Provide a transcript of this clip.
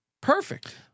Perfect